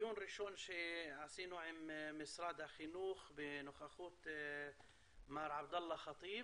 לדיון ראשון שעשינו עם משרד החינוך בנוכחות מר עבדאללה חטיב,